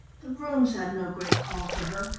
the rooms had no great call for her,